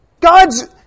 God's